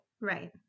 Right